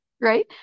right